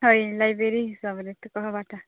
library ହିସାବରେ ତୁ କହିବାଟା